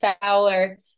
Fowler